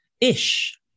Ish